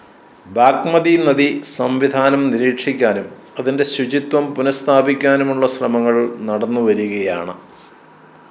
ബാഗ്മതി നദി സംവിധാനം നിരീക്ഷിക്കാനും അതിന്റെ ശുചിത്വം പുനഃസ്ഥാപിക്കാനുമുള്ള ശ്രമങ്ങൾ നടന്നുവരികയാണ്